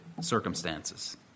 circumstances